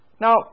Now